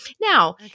Now